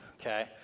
Okay